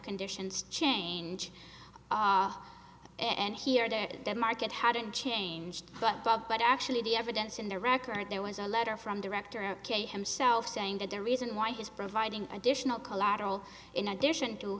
conditions change and here it is that market hadn't changed but bob but actually the evidence in the record there was a letter from director himself saying that the reason why his providing additional collateral in addition to